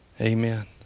Amen